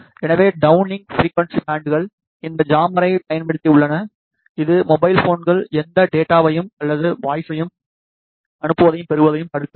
எனவே downlink frequency பேண்டுகள் இந்த ஜாமரைப் பயன்படுத்தி உள்ளன இது மொபைல் போன்கள் எந்த டேட்டாவையும் அல்லது வாய்ஸயும் அனுப்புவதையும் பெறுவதையும் தடுக்கிறது